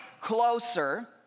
closer